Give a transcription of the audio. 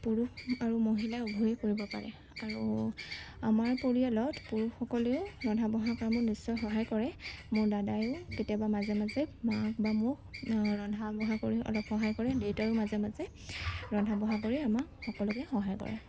পুৰুষ আৰু মহিলা উভয়েই কৰিব পাৰে আৰু আমাৰ পৰিয়ালত পুৰুষসকলে ৰন্ধা বঢ়া কামত নিশ্চয় সহায় কৰে মোৰ দাদায়ো কেতিয়াবা মাজে মাজে মা বা মোক ৰন্ধা বঢ়া কৰি অলপ সহায় কৰে দেউতায়ো মাজে মাজে ৰন্ধা বঢ়া কৰি আমাক সকলোকে সহায় কৰে